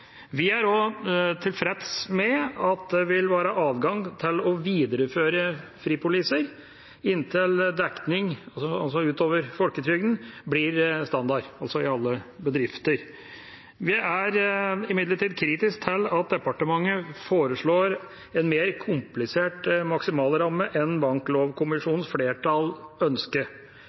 Vi er også tilfreds med at det vil være adgang til å videreføre fripoliser inntil dekning utover folketrygden blir standard i alle bedrifter. Vi er imidlertid kritisk til at departementet foreslår en mer komplisert maksimalramme enn